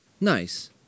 Nice